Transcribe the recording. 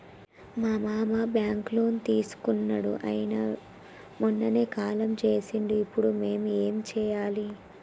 మా మామ బ్యాంక్ లో లోన్ తీసుకున్నడు అయిన మొన్ననే కాలం చేసిండు ఇప్పుడు మేం ఏం చేయాలి?